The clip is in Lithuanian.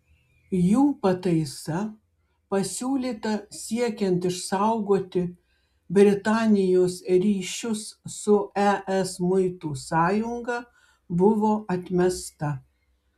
jų pataisa pasiūlyta siekiant išsaugoti britanijos ryšius su es muitų sąjunga buvo atmesta